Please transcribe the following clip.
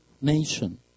nation